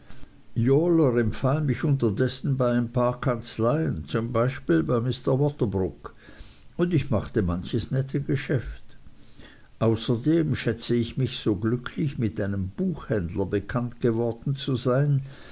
empfahl mich unterdessen bei ein paar kanzleien zum beispiel bei mr waterbrook und ich machte manches nette geschäft außerdem schätze ich mich so glücklich mit einem buchhändler bekannt geworden zu sein